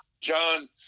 John